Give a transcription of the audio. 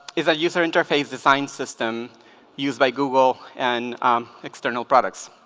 is a user interface design system used by google and external products